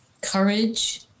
Courage